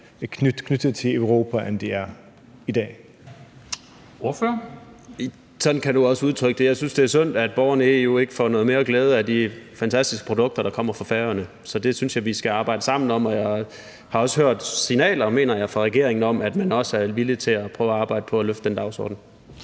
Aagaard Melson (V): Sådan kan ordføreren også udtrykke det. Jeg synes, det er synd, at borgerne i EU ikke får noget mere glæde af de fantastiske produkter, der kommer fra Færøerne, så det synes jeg vi skal arbejde sammen om. Og jeg har også hørt signaler, mener jeg, fra regeringen om, at man også er villig til at prøve at arbejde på at løfte den dagsorden.